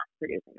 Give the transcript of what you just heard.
producing